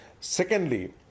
secondly